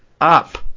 up